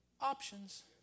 options